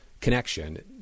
connection